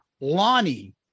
Lonnie